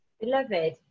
Beloved